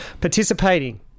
participating